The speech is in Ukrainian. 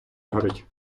горить